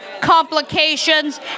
complications